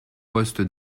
poste